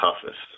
toughest